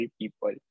people